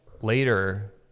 later